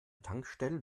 tankstellen